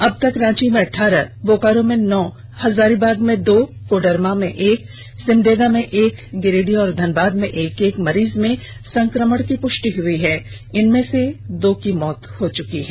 अब तक रांची में अठारह बोकारो में नौ हजारीबाग में दो कोडरमा में एक सिमडेगा में एक गिरिडीह और धनबाद में एक एक मरीज में संक्रमण की पुष्टि हुई है इनमें से दो की मौत हो चुकी है